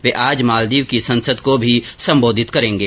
वे आज मालदीव की संसद को भी संबोधित करेंगे